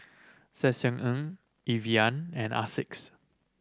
Ssangyong Evian and Asics